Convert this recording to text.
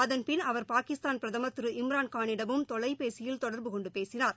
அதன்பின் அவர் பாகிஸ்தான் பிரதமர் திரு இம்ராள் காளிடமும் தொலைபேசியில் தொடர்புகொண்டு பேசினார்